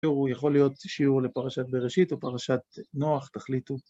הוא ‫יכול להיות שיעור לפרשת בראשית ‫או פרשת נוח, תחליטו.